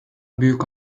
büyük